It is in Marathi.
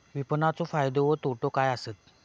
विपणाचो फायदो व तोटो काय आसत?